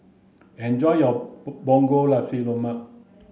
enjoy your punggol nasi lemak